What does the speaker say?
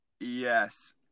Yes